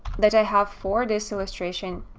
that i have for this illustration,